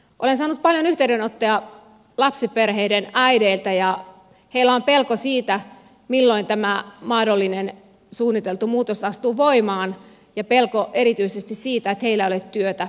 olen saanut paljon yhteydenottoja lapsiperheiden äideiltä ja heillä on pelko siitä milloin tämä mahdollinen suunniteltu muutos astuu voimaan ja pelko erityisesti siitä että heillä ei ole työtä